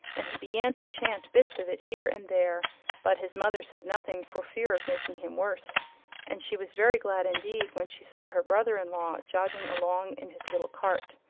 and he began to chant bits of it here and there but his mother said nothing for fear of making him, worse and she was very glad indeed when she saw her brother-in-law jogging along in his little cart.